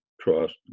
trust